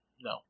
No